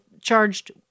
charged